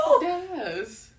Yes